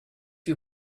you